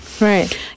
right